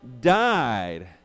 died